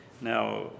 Now